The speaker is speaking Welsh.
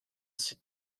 sut